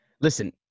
Listen